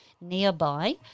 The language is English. nearby